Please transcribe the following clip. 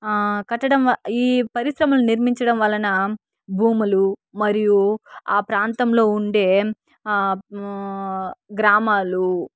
ఆ కట్టడం ఈ పరిశ్రమలు నిర్మించడం వలన భూములు మరియు ఆ ప్రాంతంలో ఉండే గ్రామాలు